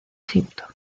egipto